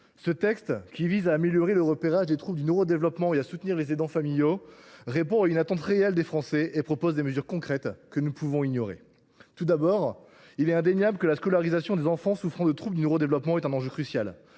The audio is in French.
ce texte, qui vise à améliorer le repérage des troubles du neurodéveloppement et à soutenir les aidants familiaux, répond à une attente réelle des Français et prévoit des mesures concrètes que nous ne pouvons ignorer. Tout d’abord, il est indéniable que la scolarisation des enfants souffrant de TND est un enjeu crucial.